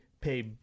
pay